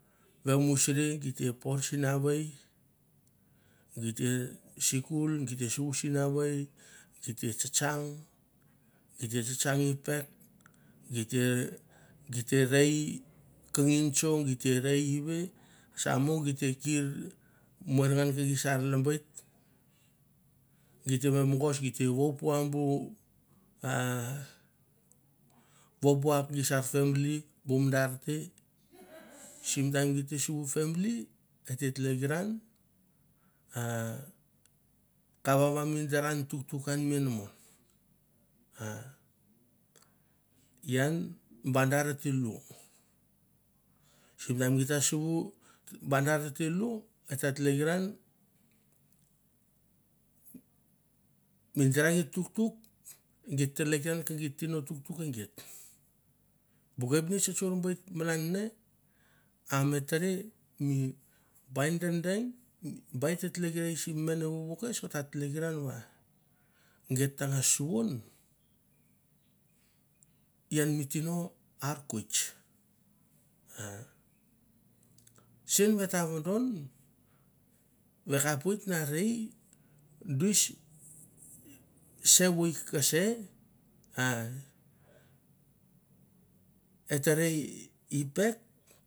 Vemusri gi te por sinavei gi te sikul gi te suvu sinavei gi te tsa tsang, gi te tsa tsang i pek, gi te gi te rei kigi notso, gi te rei ive sa mo gite kir moer ngan ke gi sa lembeit, gi te me mogos gi te vapua bu a vopua ke gi sa family bu mandar te sim taim gi te suvu family et te tlekeran a kavava mi daran tuktuk an mi enamon a ian ba dar ate lu, sunan git ta suvu ba dar te lu, et ta tlekeran, mi dara geit tuk- tuk geit tlekeran ke geit tino tuktuk e geit, bu kepnets ta tsor be malan ne a me tere mi bai dedeng bai te tleker vovo kes ot ta tlekeran va geit tangas suvon ian mi tino akwis, a sen vat a vodon va e kapoit na rei duis se voi kese a et ta rei i pek.